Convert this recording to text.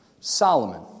Solomon